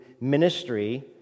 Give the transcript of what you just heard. ministry